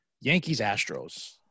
Yankees-Astros